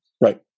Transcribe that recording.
Right